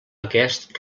aquest